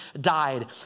died